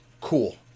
cool